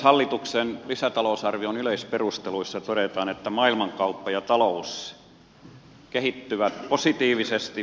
hallituksen lisätalousarvion yleisperusteluissa todetaan että maailmankauppa ja talous kehittyvät positiivisesti